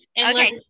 Okay